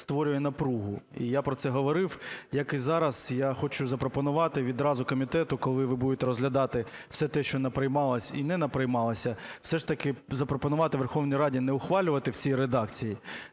створює напругу. І я про це говорив, як і зараз я хочу запропонувати відразу комітету, коли ви будете розглядати все те, що наприймалось і не наприймалося, все ж таки запропонувати Верховній Раді не ухвалювати в цій редакції,